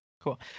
cool